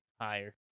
higher